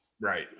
Right